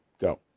go